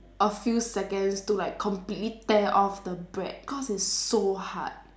a few seconds to like completely tear off the bread cause it's so hard